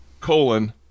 Colon